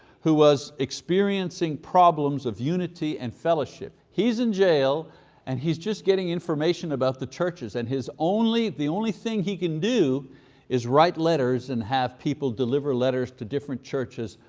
who was experiencing problems of unity and fellowship. he's in jail and he's just getting information about the churches and his only, the only thing he can do is write letters and have people deliver letters to different churches,